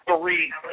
three